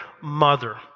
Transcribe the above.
mother